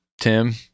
Tim